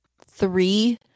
three